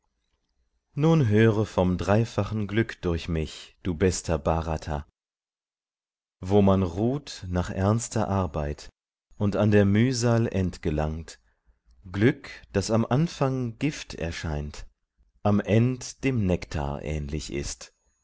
nun höre vom dreifachen glück durch mich du bester bhrata wo man ruht nach ernster arbeit und an der mühsal end gelangt glück das am anfang gift erscheint am end dem nektar ähnlich ist